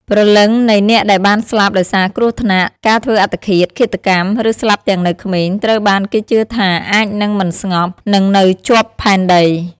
ព្រលឹងនៃអ្នកដែលបានស្លាប់ដោយសារគ្រោះថ្នាក់ ការធ្វើអត្តឃាត ឃាតកម្ម ឬស្លាប់ទាំងនៅក្មេង ត្រូវបានគេជឿថាអាចនឹងមិនស្ងប់ និងនៅជាប់ផែនដី។